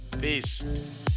Peace